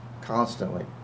Constantly